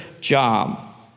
job